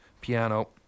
piano